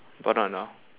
but not now